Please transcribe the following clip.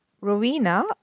Rowena